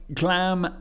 glam